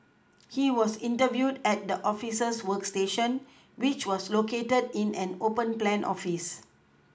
he was interviewed at the officers workstation which was located in an open plan office